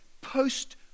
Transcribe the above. post